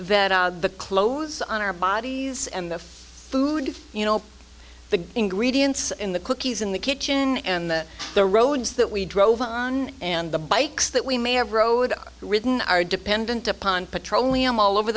that the clothes on our bodies and the food you know the ingredients in the cookies in the kitchen and the roads that we drove on and the bikes that we may have road ridden are dependent upon petroleum all over